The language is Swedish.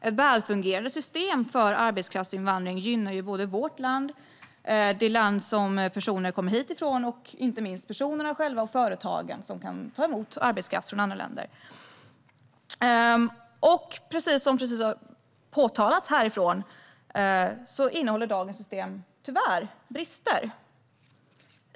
Ett välfungerande system för arbetskraftsinvandring gynnar ju både vårt land, det land som personer kommer hit ifrån och inte minst personerna själva och de företag som kan ta emot arbetskraft från andra länder. Precis som just påpekats innehåller dagens system tyvärr brister.